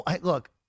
look